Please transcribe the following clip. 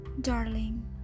darling